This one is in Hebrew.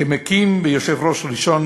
כמקים ויושב-ראש ראשון